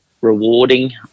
Rewarding